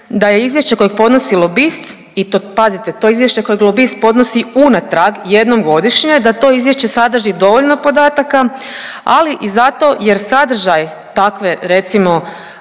da je izvješće kojeg podnosi lobist i to pazite to izvješće kojeg lobist podnosi unatrag jednom godišnje da to izvješće sadrži dovoljno podataka, ali i zato jer sadržaj takve, recimo